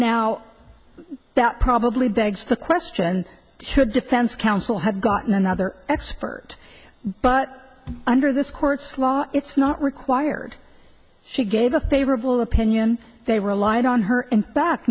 now that probably begs the question should defense counsel have gotten another expert but under this court's law it's not required she gave a favorable opinion they relied on her and bac